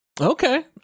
Okay